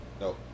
No